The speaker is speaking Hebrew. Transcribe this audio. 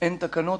אין תקנות,